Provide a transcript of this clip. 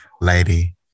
lady